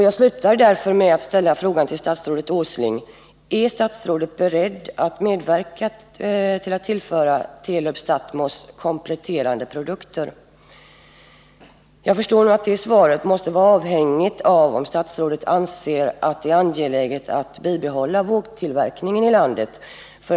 Jag slutar därför med att ställa frågan till statsrådet Åsling: Är statsrådet beredd att medverka till att tillföra Telub-Stathmos kompletterande produkter? Jag förstår att det svaret måste vara avhängigt av om statsrådet anser att det är angeläget att bibehålla vågtillverkningen i landet.